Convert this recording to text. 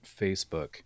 Facebook